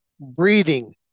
breathing